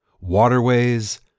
waterways